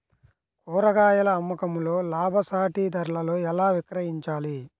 కూరగాయాల అమ్మకంలో లాభసాటి ధరలలో ఎలా విక్రయించాలి?